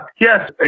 yes